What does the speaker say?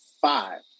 five